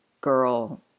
girl